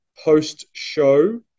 post-show